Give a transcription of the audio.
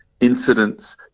incidents